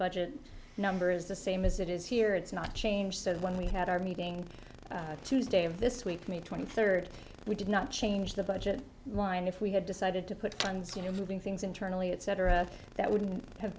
budget number is the same as it is here it's not change said when we had our meeting tuesday of this week may twenty third we did not change the budget line if we had decided to put funds you know moving things internally etc that would have